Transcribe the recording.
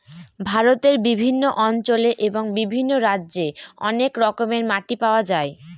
ভারতের বিভিন্ন অঞ্চলে এবং বিভিন্ন রাজ্যে অনেক রকমের মাটি পাওয়া যায়